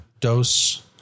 Dose